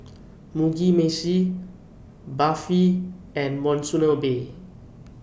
Mugi Meshi Barfi and Monsunabe